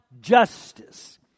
justice